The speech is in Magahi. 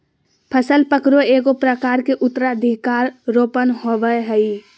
फसल पकरो एगो प्रकार के उत्तराधिकार रोपण होबय हइ